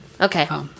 Okay